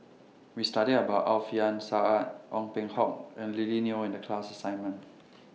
We studied about Alfian Sa'at Ong Peng Hock and Lily Neo in The class assignment